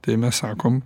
tai mes sakom